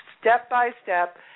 step-by-step